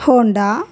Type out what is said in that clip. Honda